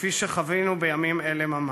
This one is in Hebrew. כפי שחווינו בימים אלה ממש.